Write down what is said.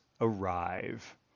arrive